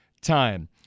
time